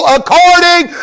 according